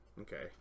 Okay